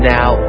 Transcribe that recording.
now